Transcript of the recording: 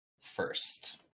first